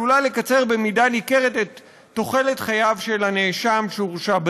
עליית המחירים חסרת הפרופורציה הזאת בשידורי הספורט של מדינת ישראל.